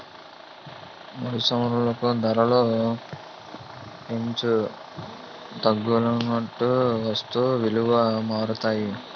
ముడి సరుకుల ధరలు హెచ్చు తగ్గులైనప్పుడు వస్తువు విలువలు మారుతాయి